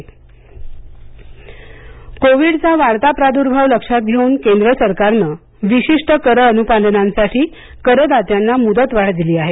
कर मुदत कोविडचा वाढता प्रादुर्भाव लक्षात घेवून केंद्र सरकारने विशिष्ट कर अनुपालनांसाठी करदात्यांना मुदत वाढ दिली आहे